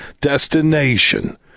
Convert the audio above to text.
destination